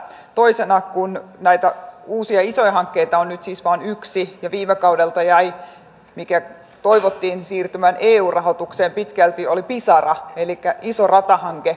toisena kun näitä uusia isoja hankkeita on nyt siis vain yksi ja viime kaudelta jäi minkä toivottiin siirtyvän eu rahoitukseen pitkälti pisara elikkä iso ratahanke